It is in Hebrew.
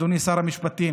אדוני שר המשפטים,